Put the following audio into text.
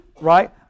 right